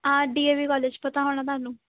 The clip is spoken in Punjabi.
ਆਹ ਡੀ ਏ ਵੀ ਕਾਲਜ ਪਤਾ ਹੋਣਾ ਤੁਹਾਨੂੰ